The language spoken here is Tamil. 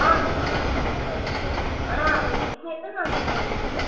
ஆன் அவைலபில்லாக தாங்க இருக்கு ஆனால் இன்னும் எத்தன் நாளில்ங்க ஃபங்க்ஷன்